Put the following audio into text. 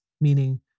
meaning